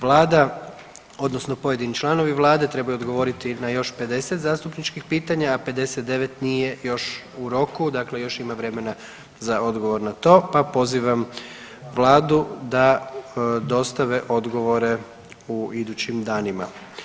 Vlada odnosno pojedini članovi Vlade trebaju odgovoriti na još 50 zastupničkih pitanja, a 59 nije još u roku, dakle još ima vremena na odgovor na to, pa pozivam Vladu da dostave odgovore u idućim danima.